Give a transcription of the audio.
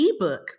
Ebook